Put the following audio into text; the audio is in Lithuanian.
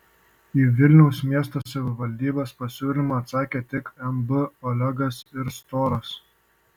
į vilniaus miesto savivaldybės pasiūlymą atsakė tik mb olegas ir storas